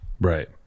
right